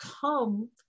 come